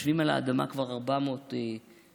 שיושבים על האדמה כבר 400 שנים,